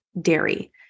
dairy